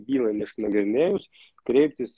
bylą neišnagrinėjus kreiptis